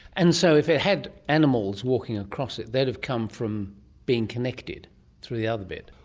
and so if it had animals walking across it, they'd have come from being connected through the other bit.